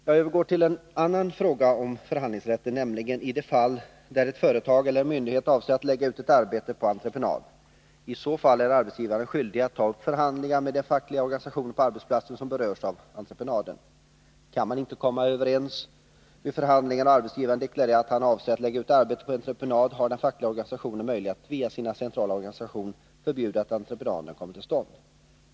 Jag övergår till en annan fråga om förhandlingsrätten, nämligen i de fall där ett företag eller en myndighet avser att lägga ut ett arbete på entreprenad. I så fall är arbetsgivaren skyldig att ta upp förhandlingar med den fackliga organisation på arbetsplatsen som berörs av entreprenaden. Kan man inte komma överens vid förhandlingarna och arbetsgivaren deklarerar att han avser att lägga ut arbetet på entreprenad, har den fackliga organisationen möjlighet att via sin centrala organisation förbjuda att entreprenaden kommer till stånd.